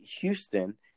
Houston